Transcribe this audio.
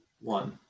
one